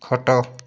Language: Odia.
ଖଟ